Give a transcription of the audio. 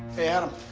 adam.